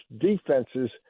defenses